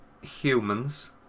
humans